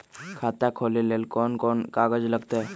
खाता खोले ले कौन कौन कागज लगतै?